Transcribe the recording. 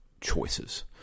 choices